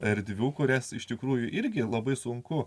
erdvių kurias iš tikrųjų irgi labai sunku